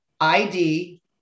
ID